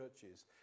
churches